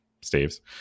staves